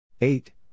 Eight